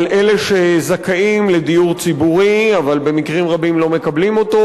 על אלה שזכאים לדיור ציבורי אבל במקרים רבים לא מקבלים אותו,